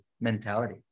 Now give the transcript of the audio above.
mentality